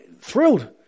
thrilled